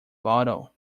bottle